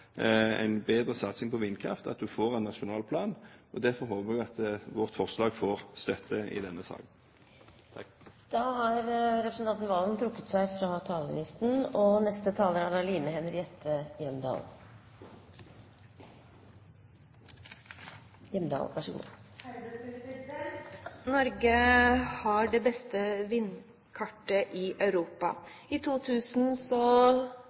en bedre satsing på vindkraft, at man får en nasjonal plan. Derfor håper vi at vårt forslag får støtte i denne salen. Representanten Ketil Solvik-Olsen har tatt opp det forslaget han refererte til. Representanten Snorre Serigstad Valen har trukket seg fra talerlisten. Neste taler er da Line Henriette Hjemdal. Norge har det beste vindkartet i Europa. I 2000